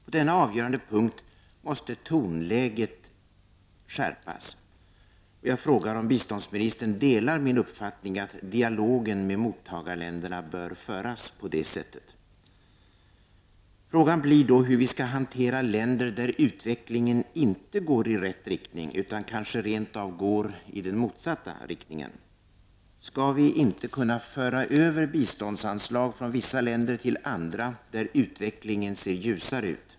På denna avgörande punkt måste tonläget skärpas. Delar biståndsministern min uppfattning att dialogen med mottagarländerna skall föras på det sättet? Frågan blir då hur vi skall hantera länder där utvecklingen inte går i rätt riktning utan kanske rent av går i motsatt riktning. Skall vi inte kunna föra över biståndsanslag från vissa länder till andra där utvecklingen ser ljusare ut?